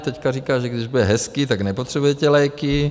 Teď říká, že když bude hezky, tak nepotřebujete léky.